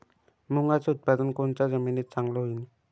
मुंगाचं उत्पादन कोनच्या जमीनीत चांगलं होईन?